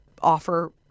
offer